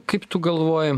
kaip tu galvoji